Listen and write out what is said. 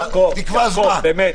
תקבע זמן.